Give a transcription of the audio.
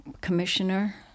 commissioner